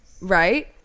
Right